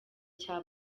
cya